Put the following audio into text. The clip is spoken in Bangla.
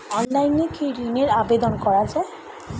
অনলাইনে কি ঋণের আবেদন করা যায়?